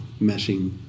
meshing